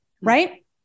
Right